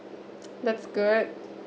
that's good